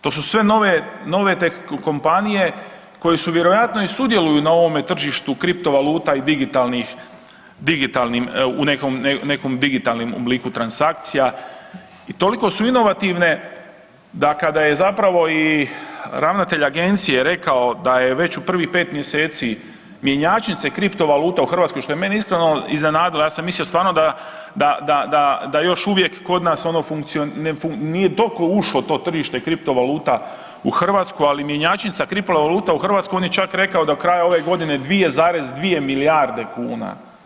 To su sve nove, nove kompanije koje su vjerojatno i sudjeluju na ovom tržištu kriptovaluta i digitalnih, digitalnim u nekom digitalnom obliku transakcija i toliko su inovativne da kada je zapravo i ravnatelj agencije rekao da je već u prvih 5 mjeseci mjenjačnice kriptovaluta što je mene iskreno iznenadilo, ja sam mislio stvarno da, da, da još uvijek kod nas ono nije toliko ušlo to tržište kriptovaluta u Hrvatsku, ali mjenjačnica kriptovaluta u Hrvatsku on je čak rekao do kraja ove godine 2,2 milijarde kuna.